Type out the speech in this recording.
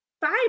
five